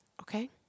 Okay